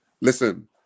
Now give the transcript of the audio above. Listen